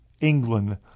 England